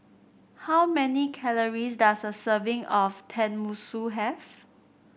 how many calories does a serving of Tenmusu have